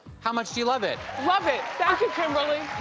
how much do you love it? love it. thank you, kimberly,